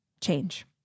change